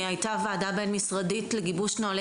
הייתה וועדה בין-משרדית לגיבוש נוהלי